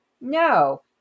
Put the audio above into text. No